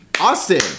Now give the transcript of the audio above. Austin